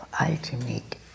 ultimate